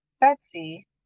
Betsy